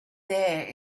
there